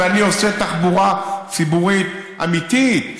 ואני עושה תחבורה ציבורית אמיתית,